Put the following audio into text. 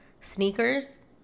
sneakers